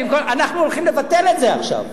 אנחנו הולכים לבטל את זה עכשיו.